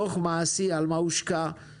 לדיון הבא אני מבקש דוח מעשי על מה הושקע ב-19',